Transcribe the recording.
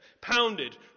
pounded